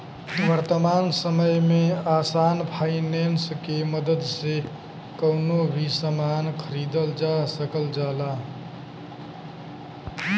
वर्तमान समय में आसान फाइनेंस के मदद से कउनो भी सामान खरीदल जा सकल जाला